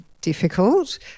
difficult